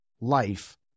life